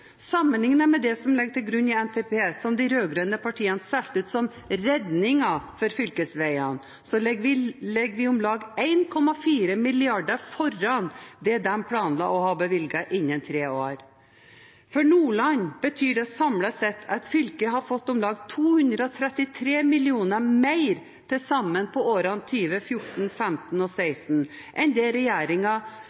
med det som ligger til grunn i NTP – som de rød-grønne partiene solgte ut som redningen for fylkesveiene – ligger vi om lag 1,4 mrd. kr foran det de planla å ha bevilget innen tre år. For Nordland betyr det samlet sett at fylket har fått om lag 233 mill. kr mer til sammen i årene